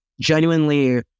genuinely